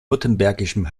württembergischen